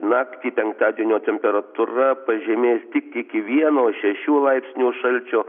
naktį penktadienio temperatūra pažemės tik iki vieno šešių laipsnių šalčio